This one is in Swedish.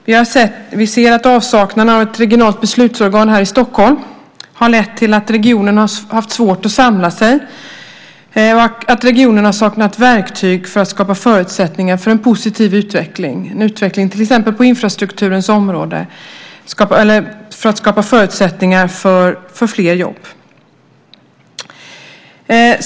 Vi ser att avsaknaden av ett regionalt beslutsorgan här i Stockholm har lett till att regionen har haft svårt att samla sig och att regionen har saknat verktyg för att skapa förutsättningar för en positiv utveckling på till exempel infrastrukturens område för att skapa förutsättningar för fler jobb.